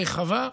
רחבה,